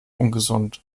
ungesund